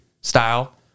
style